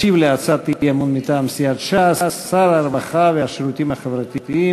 ישיב על הצעת האי-אמון מטעם סיעת ש"ס שר הרווחה והשירותים החברתיים,